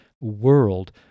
world